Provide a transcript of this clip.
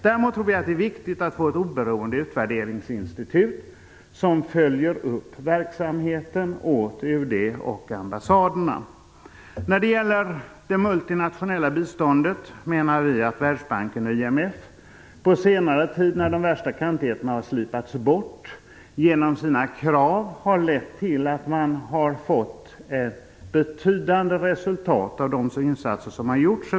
Däremot tror vi att det är viktigt med ett oberoende utvärderingsinstitut som följer upp verksamheten åt UD och ambassaderna. När det gäller det multinationella biståndet menar vi att Världsbanken och IMF på senare tid, när de värsta kantigheterna har slipats bort, genom sina krav har lett till att man har fått ett betydande resultat av de insatser som har gjorts.